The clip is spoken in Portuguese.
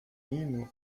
indo